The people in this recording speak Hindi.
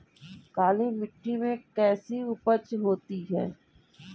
काली मिट्टी में कैसी उपज होती है?